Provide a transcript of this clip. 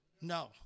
No